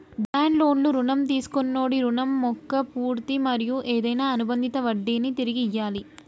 demand లోన్లు రుణం తీసుకొన్నోడి రుణం మొక్క పూర్తి మరియు ఏదైనా అనుబందిత వడ్డినీ తిరిగి ఇయ్యాలి